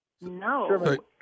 No